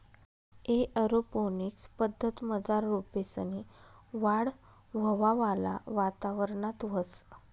aeroponics पद्धतमझार रोपेसनी वाढ हवावाला वातावरणात व्हस